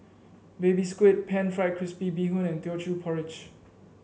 Baby Squid pan fried crispy Bee Hoon and Teochew Porridge